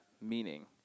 meaning